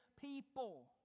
people